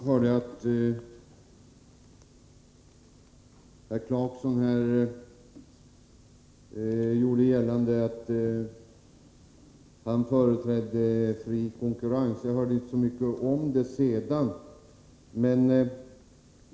Herr talman! Herr Clarkson gjorde gällande att han företrädde fri konkurrens, men jag hörde inte så mycket om det sedan.